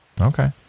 Okay